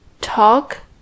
talk